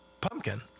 pumpkin